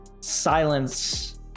silence